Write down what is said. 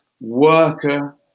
worker